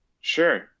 Sure